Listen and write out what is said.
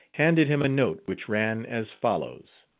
handed him a note which ran as follows